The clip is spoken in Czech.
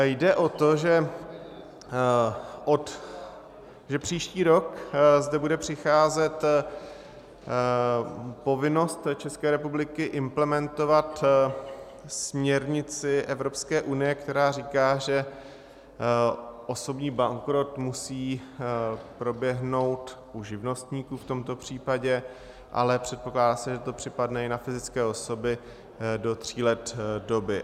Jde o to, že příští rok zde bude přicházet povinnost České republiky implementovat směrnici Evropské unie, která říká, že osobní bankrot musí proběhnout u živnostníků v tomto případě, ale předpokládá se, že to připadne i na fyzické osoby, do tří let doby.